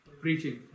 preaching